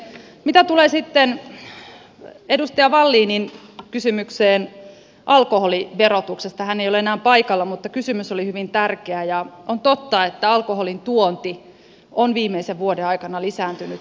mitä tulee sitten edustaja wallinin kysymykseen alkoholiverotuksesta hän ei ole enää paikalla niin kysymys oli hyvin tärkeä ja on totta että alkoholin tuonti on viimeisen vuoden aikana lisääntynyt hyvin paljon